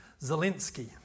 Zelensky